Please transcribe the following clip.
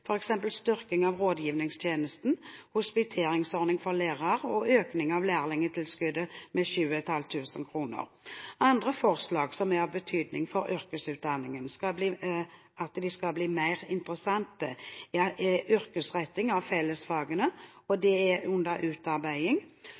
styrking av rådgivningstjenesten, hospiteringsordning for lærere og økning av lærlingtilskuddet med 7 500 kr. Andre forslag som er av betydning for at yrkesutdanningen skal bli mer interessant, er yrkesretting av fellesfagene – det er under utarbeiding